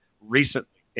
recently